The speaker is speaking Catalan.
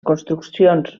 construccions